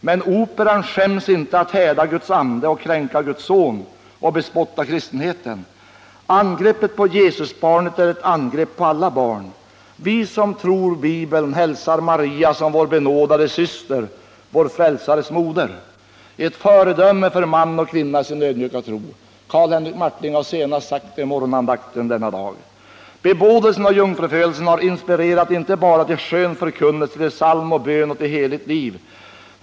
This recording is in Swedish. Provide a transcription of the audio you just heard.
Men Operan skäms inte att häda Guds Ande, kränka Guds Son och bespotta kristenheten. Angreppet på Jesusbarnet är ett angrepp på alla barn. Vi som tror Bibeln hälsar Maria som vår benådade syster, vår Frälsares moder — ett föredöme för man och kvinna i sin ödmjuka tro. Carl Henrik Martling har senast sagt det i morgonandakten i dag. Bebådelsen och jungfrufödelsen har inspirerat inte bara till skön förkunnelse, till psalm och bön och till heligt liv.